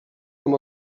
amb